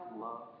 love